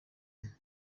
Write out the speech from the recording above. bitanu